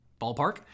ballpark